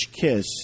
Kiss